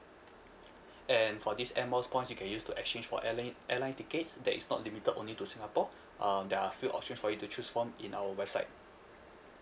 and for this air miles points you can use to exchange for airli~ airline tickets that is not limited only to singapore um there are few option for you to choose from in our website